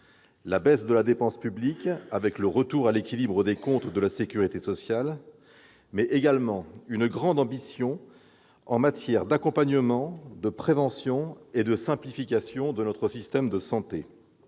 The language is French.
la baisse de la dépense publique, avec le retour à l'équilibre des comptes de la sécurité sociale, mais également une grande ambition en matière d'accompagnement, de prévention et de simplification de notre système de santé.